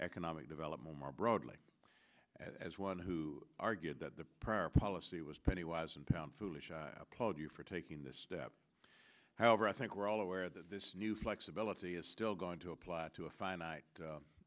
economic development more broadly as one who argued that the prior policy was penny wise and pound foolish i applaud you for taking this step however i think we're all aware that this new flexibility is still going to apply to a finite